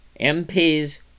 MPs